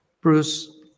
Bruce